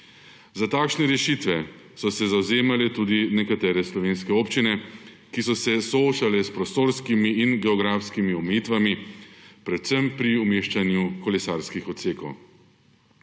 Za takšne rešitve so se zavzemale tudi nekatere slovenske občine, ki so se soočale s prostorskimi in geografskimi omejitvami predvsem pri umeščanju kolesarskih odsekov.